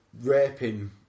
raping